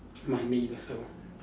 my me also